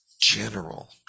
general